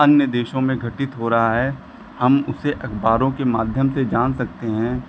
अन्य देशों में घटित हो रहा है हम उसे अखबारों के माध्यम से जान सकते हैं